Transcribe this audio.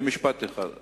משפט אחד.